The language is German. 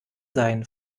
sein